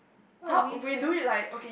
what are we say